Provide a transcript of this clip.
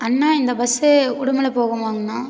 அண்ணா இந்த பஸ் உடுமலை போகுமாங்கண்ணா